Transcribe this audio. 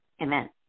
Amen